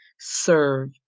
serve